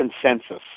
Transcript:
consensus